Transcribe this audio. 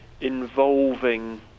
involving